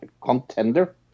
contender